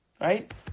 Right